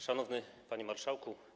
Szanowny Panie Marszałku!